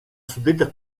suddetta